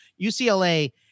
ucla